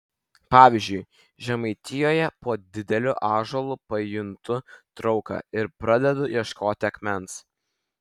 pavyzdžiui žemaitijoje po dideliu ąžuolu pajuntu trauką ir pradedu ieškoti akmens